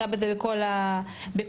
וניגע בזה בכל ההיבטים,